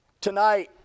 tonight